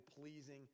pleasing